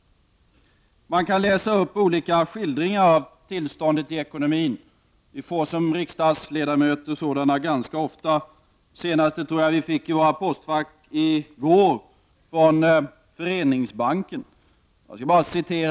Man kan läsa upp olika skildringar av tillståndet i ekonomin. Vi får som riksdagsledamöter sådana ganska ofta. Den senaste tror jag var den vi fick från Föreningsbanken i våra postfack i går.